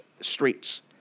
streets